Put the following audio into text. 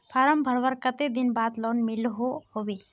Form भरवार कते दिन बाद लोन मिलोहो होबे?